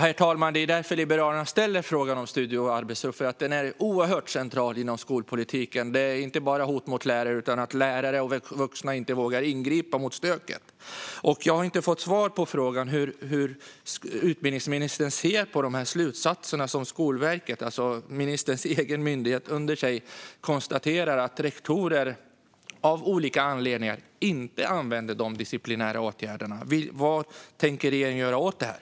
Herr talman! Anledningen till att Liberalerna ställer frågan om studiero och arbetsro är att den är oerhört central inom skolpolitiken. Det handlar inte bara om hot mot lärare utan också om att lärare och vuxna inte vågar ingripa mot stöket. Jag har inte fått svar på frågan hur utbildningsministern ser på slutsatserna från Skolverket, alltså den myndighet som ministern har under sig. Skolverket konstaterar att rektorer av olika anledningar inte använder de disciplinära åtgärderna. Vad tänker regeringen göra åt detta?